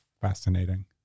fascinating